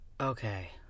Okay